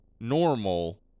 normal